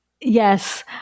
Yes